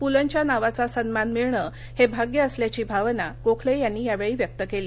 पुलंच्या नावाचा सन्मान मिळणं हे भाग्य असल्याची भावना गोखले यांनी यावेळी व्यक्त केली